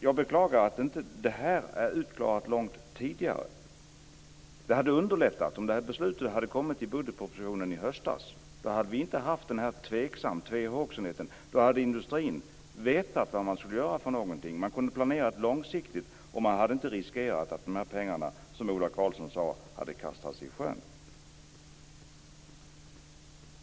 Jag beklagar att det här inte är utklarat långt tidigare. Det hade underlättat om beslutet hade kommit i budgetpropositionen i höstas. Då hade vi inte haft den här tvehågsenheten. Då hade industrin vetat vad man skulle göra. Man hade kunnat planera långsiktigt och man hade inte riskerat att pengarna, som Ola Karlsson sade, hade kastats i sjön.